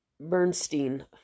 Bernstein